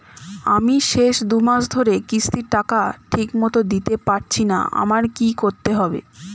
আমি শেষ দুমাস ধরে কিস্তির টাকা ঠিকমতো দিতে পারছিনা আমার কি করতে হবে?